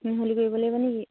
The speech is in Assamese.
মিহ'লি কৰিব লাগিব নেকি